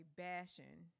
bashing